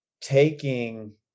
taking